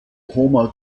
koma